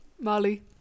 Molly